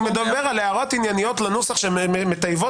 אני מדבר על הערות ענייניות לנוסח שמטייבות